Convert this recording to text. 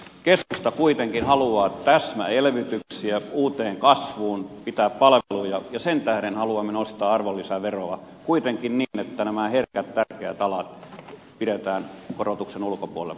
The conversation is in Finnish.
keskusta kuitenkin haluaa täsmäelvytyksiä uuteen kasvuun pitää palveluja ja sen tähden haluamme nostaa arvonlisäveroa kuitenkin niin että nämä herkät tärkeät alat pidetään korotuksen ulkopuolella päinvastoin alennetaan